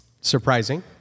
surprising